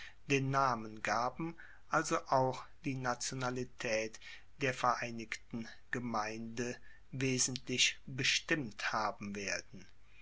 den namen gaben also auch die nationalitaet der vereinigten gemeinde wesentlich bestimmt haben werden